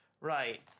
Right